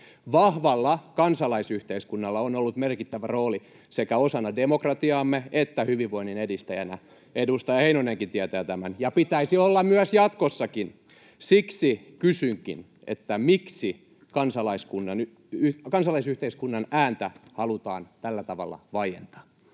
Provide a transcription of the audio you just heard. Vahvalla kansalaisyhteiskunnalla on ollut merkittävä rooli sekä osana demokratiaamme että hyvinvoinnin edistäjänä — edustaja Heinonenkin tietää tämän — [Vilhelm Junnila: Onko tämä talouskeskustelua?] ja pitäisi olla myös jatkossakin. Siksi kysynkin: miksi kansalaisyhteiskunnan ääntä halutaan tällä tavalla vaientaa?